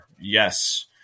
Yes